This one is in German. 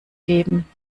geben